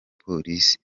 polisi